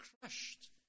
crushed